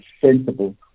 sensible